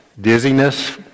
dizziness